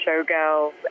Showgirls